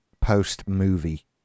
post-movie